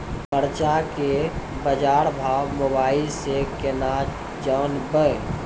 मरचा के बाजार भाव मोबाइल से कैनाज जान ब?